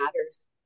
matters